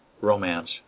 romance